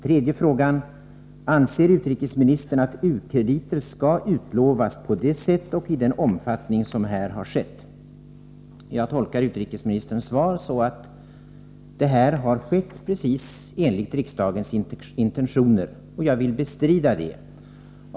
För det tredje: Anser utrikesministern att u-krediter skall utlovas på det sätt och i den omfattning som här har skett? Jag tolkar utrikesministerns svar så, att det har skett i enlighet med riksdagens intentioner. Jag bestrider detta.